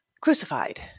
crucified